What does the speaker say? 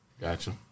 Gotcha